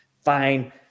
fine